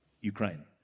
ukraine